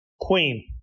Queen